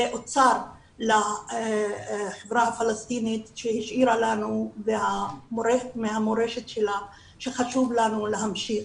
אוצר לחברה הפלסטינית שהשאירה לנו מהמורשת שלנו שחשוב לנו להמשיך.